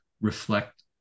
reflect